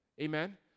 Amen